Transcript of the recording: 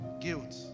guilt